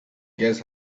guess